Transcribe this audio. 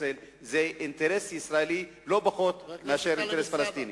ישראל זה אינטרס ישראלי לא פחות מאשר אינטרס פלסטיני.